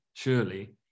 surely